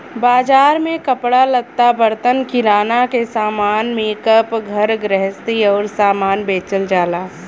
बाजार में कपड़ा लत्ता, बर्तन, किराना के सामान, मेकअप, घर गृहस्ती आउर सामान बेचल जाला